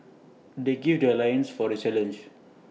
they gird their loins for the challenge